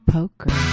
Poker